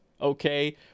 Okay